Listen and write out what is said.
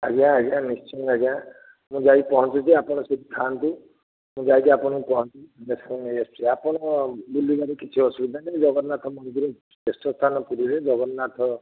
ଆଜ୍ଞା ଆଜ୍ଞା ନିଶ୍ଚୟ ଅଜ୍ଞା ମୁଁ ଯାଇ ପହଁଞ୍ଚୁଛି ଆପଣ ସେହିଠି ଥାଆନ୍ତୁ ମୁଁ ଯାଇକି ଆପଣଙ୍କୁ ପହଞ୍ଚିବି ବହୁତ ଶୀଘ୍ର ନେଇ ଆସୁଛି ଆପଣ ବୁଲିବାରେ କିଛି ଅସୁବିଧା ନାହିଁ ଜଗନ୍ନାଥ ମନ୍ଦିର ଶ୍ରେଷ୍ଠ ସ୍ଥାନ ପୁରୀରେ ଜଗନ୍ନାଥ